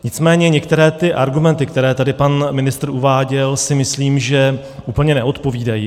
Nicméně některé ty argumenty, které tady pan ministr uváděl, si myslím, že úplně neodpovídají.